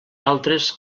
altres